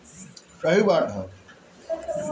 अरहर के दाल लोग खूब खायेला